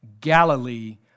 Galilee